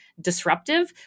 disruptive